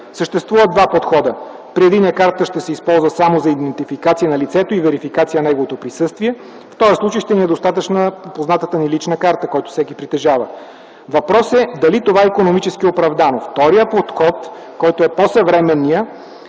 Съществуват два подхода. При единия картата ще се използва само за идентификация на лицето и верификация на неговото присъствие. В този случай ще ни е достатъчна познатата ни лична карта, която всеки притежава. Въпросът е дали това е икономически оправдано. Вторият подход, който е по-съвременният,